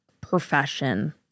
profession